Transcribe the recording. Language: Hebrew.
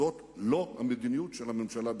זאת לא המדיניות של הממשלה בראשותי.